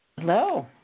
Hello